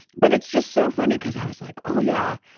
but it's just so funny because i was like, oh, yeah.